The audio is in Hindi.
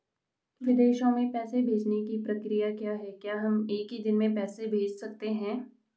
विदेशों में पैसे भेजने की प्रक्रिया क्या है हम एक ही दिन में पैसे भेज सकते हैं?